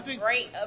great